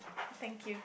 thank you